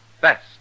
best